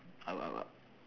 I would I would